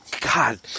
God